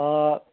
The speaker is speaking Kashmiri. آ